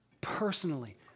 personally